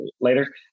later